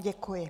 Děkuji.